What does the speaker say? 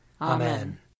Amen